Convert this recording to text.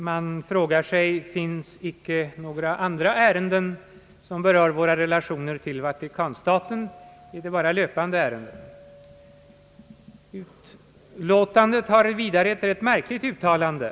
Man frågar sig: Finns det inte några andra ärenden som berör våra relationer till Vatikanstaten, utan bara »löpande ärenden»? Utskottet har vidare ett rätt märkligt uttalande.